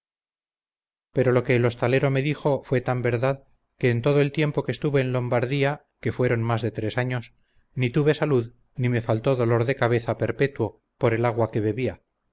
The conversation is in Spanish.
pero lo que el hostalero me dijo fue tan verdad que en todo el tiempo que estuve en lombardía que fueron más de tres años ni tuve salud ni me faltó dolor de cabeza perpetuo por el agua que bebía